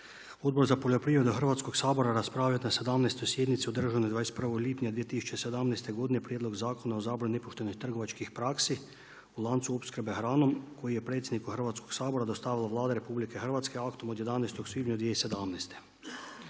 Odbor za poljoprivredu Hrvatskoga sabora raspravio je na 17. sjednici održanoj 21. lipnja 2017. godine Prijedlog zakona o zaštiti životinja koji je predsjedniku Hrvatskoga sabora dostavila Vlada RH aktom od 18. svibnja 2017.